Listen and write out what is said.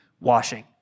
washing